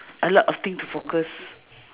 a lot of thing to focus